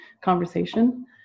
conversation